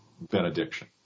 benediction